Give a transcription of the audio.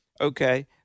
Okay